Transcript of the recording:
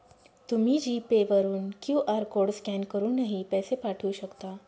तुम्ही G pay वरून QR code scan करूनही पैसे पाठवू शकता